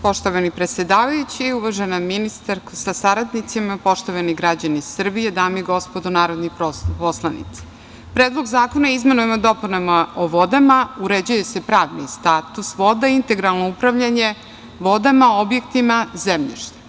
Poštovani predsedavajući, uvažena ministarko sa saradnicima, poštovani građani Srbije, dame i gospodo narodni poslanici, Predlogom zakona o izmenama i dopunama Zakona o vodama uređuje se pravni status voda, integralno upravljanje vodama, objektima, zemljištem.